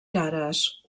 cares